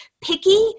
picky